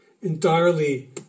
entirely